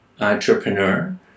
entrepreneur